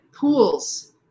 pools